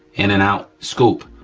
in and out, scoop,